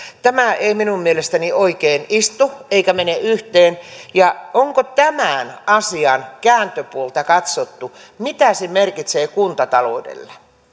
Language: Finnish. tämä ei minun mielestäni oikein istu eikä mene yhteen onko tämän asian kääntöpuolta katsottu mitä se merkitsee kuntataloudelle